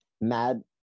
mad